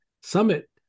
summit